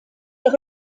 ihr